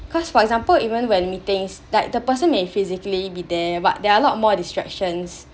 cause for example even when meetings like the person may physically be there but there are a lot more distractions